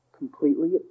completely